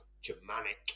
Germanic